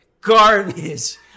garbage